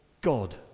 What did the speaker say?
God